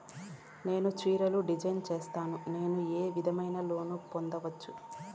నేను చీరలు డిజైన్ సేస్తాను, నేను ఏ విధమైన లోను పొందొచ్చు